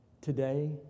today